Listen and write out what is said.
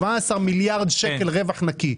17 מיליארד שקל רווח נקי.